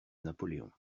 napoléon